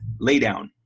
laydown